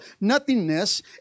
nothingness